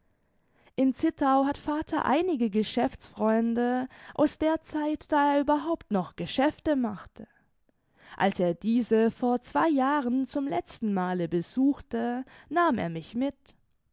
in zittau hat vater einige geschäftsfreunde aus der zeit da er überhaupt noch geschäfte machte als er diese vor zwei jahren zum letztenmale besuchte nahm er mich mit